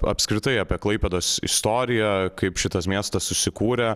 apskritai apie klaipėdos istoriją kaip šitas miestas susikūrė